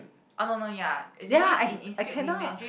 oh no no ya that means it it speak in Mandarin